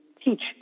teach